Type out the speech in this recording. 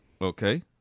Okay